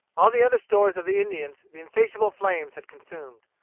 all the other stores of the indians the insatiable flames had consumed.